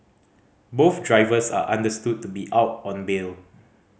both drivers are understood to be out on bail